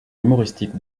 humoristique